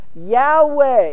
Yahweh